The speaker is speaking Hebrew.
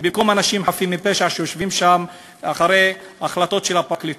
במקום אנשים חפים מפשע שיושבים שם אחרי החלטות של הפרקליטות.